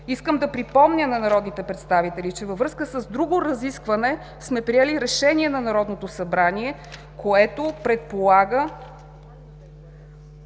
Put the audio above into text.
Искам да припомня на народните представители, че във връзка с друго разискване, сме приели решение на Народното събрание, което предполага